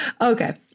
Okay